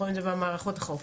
במערכות החוק,